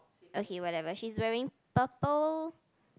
okay whatever she's wearing purple